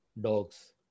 Dogs